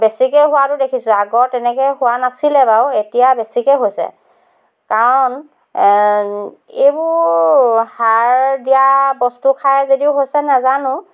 বেছিকে হোৱাতো দেখিছোঁ আগৰ তেনেকে হোৱা নাছিলে বাৰু এতিয়া বেছিকে হৈছে কাৰণ এইবোৰ সাৰ দিয়া বস্তু খাই যদিও হৈছে নাজানো